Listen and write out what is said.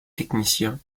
techniciens